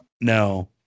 No